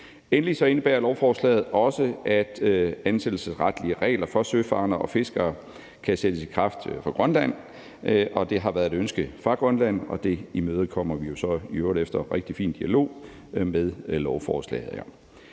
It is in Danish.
Endelig indebærer lovforslaget også, at ansættelsesretlige regler for søfarende og fiskere kan sættes i kraft for Grønland. Det har været et ønske fra Grønland, og det imødekommer vi så med lovforslaget